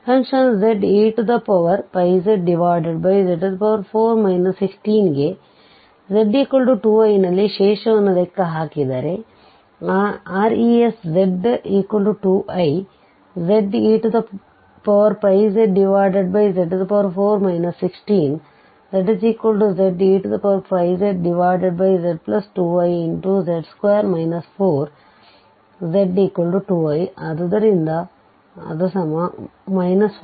function zeπzz4 16ಗೆ z2i ನಲ್ಲಿ ಶೇಷವನ್ನು ಲೆಕ್ಕ ಹಾಕಿದರೆResz2izeπzz4 16zeπzz2iz2 4|z2i 116